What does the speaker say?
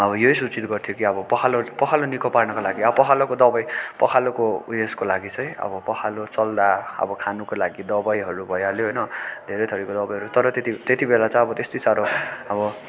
अब यही सुचित गर्थ्यो कि अब पखाला पखाला निको पार्नको लागि पखालाको दबाई पखालाको उयसको लागि चाहिँ अब पखाला चल्दा अब खानुको लागि दबाईहरू भइहाल्यो होइन धेरै थरिको दबाईहरू तर त्यति त्यतिबेला चाहिँ अब त्यति साह्रो अब